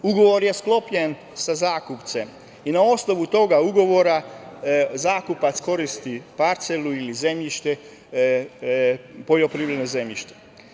Ugovor je sklopljen sa zakupcem i na osnovu tog ugovora zakupac koristi parcelu ili poljoprivredno zemljište.